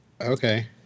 Okay